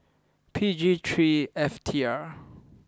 P G three F T R